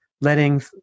letting